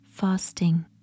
fasting